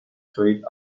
trade